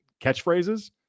catchphrases